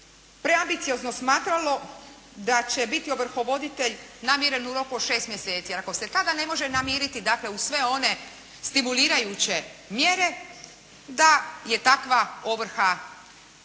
preambiciozno smatralo da će biti ovrhovoditelj namiren u roku od 6 mjeseci. Jer, ako se tada ne može namiriti dakle uz sve one stimulirajuće mjere da je takva ovrha